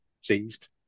seized